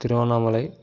Tiruvannamalai